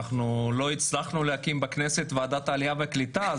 לא הצלחנו להקים בכנסת את ועדת העלייה והקליטה,